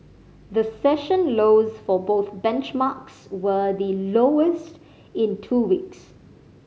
the session lows for both benchmarks were the lowest in two weeks